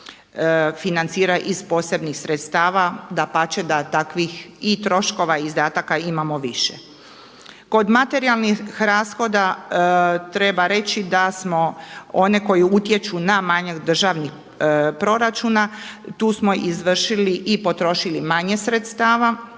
financira iz posebnih sredstava, dapače da takvih i troškova i izdataka imamo više. Kod materijalnih rashoda treba reći da smo one koje utječu na manjak državnog proračuna, tu smo izvršili i potrošili manje sredstava